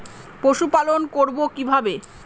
পশুপালন করব কিভাবে?